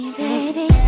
baby